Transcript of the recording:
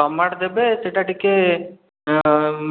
tomato ଦେବେ ସେଇଟା ଟିକେ